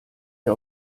ihr